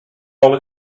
all